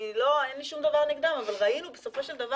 אין לי שום דבר נגדם אבל ראינו בסופו של דבר